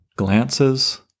glances